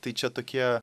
tai čia tokie